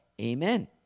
amen